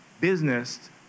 business